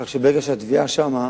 כך שברגע שהתביעה שם,